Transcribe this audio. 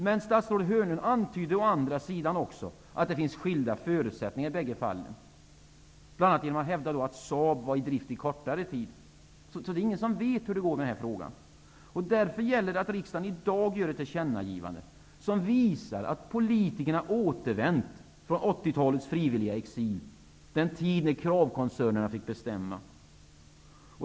Men statsrådet Hörnlund antydde å andra sidan också att det finns skilda förutsättningar i de båda fallen, t.ex. att Saab var i drift kortare tid. Det är ingen som vet hur det går i den här frågan. Därför är det viktigt att riksdagen i dag gör ett tillkännagivande som visar att politikerna återvänt från 1980-talets frivilliga exil; den tid när kravkoncernerna fick bestämma.